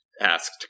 Asked